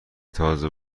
تازه